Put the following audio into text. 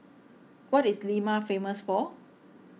what is Lima famous for